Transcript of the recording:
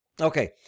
Okay